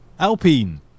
Alpine